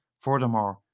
Furthermore